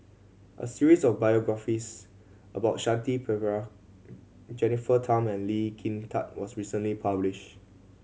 a series of biographies about Shanti Pereira Jennifer Tham and Lee Kin Tat was recently published